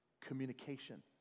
communication